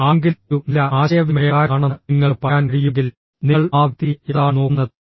ആരെങ്കിലും ഒരു നല്ല ആശയവിനിമയക്കാരനാണെന്ന് നിങ്ങൾക്ക് പറയാൻ കഴിയുമെങ്കിൽ നിങ്ങൾ ആ വ്യക്തിയെ എന്താണ് നോക്കുന്നത്